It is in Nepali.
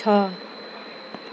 छ